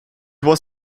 was